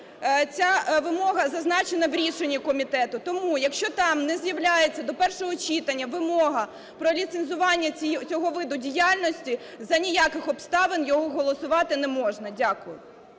ця вимога зазначена в рішенні комітету. Тому, якщо там не з'являється до першого читання вимога про ліцензування цього виду діяльність, за ніяких обставин його голосувати не можна. Дякую.